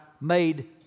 made